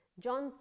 John